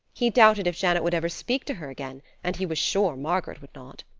he doubted if janet would ever speak to her again, and he was sure margaret would not.